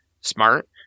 smart